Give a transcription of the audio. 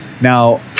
Now